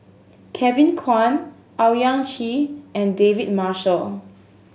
Kevin Kwan Owyang Chi and David Marshall